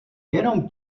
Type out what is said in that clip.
jenom